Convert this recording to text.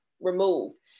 removed